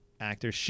actor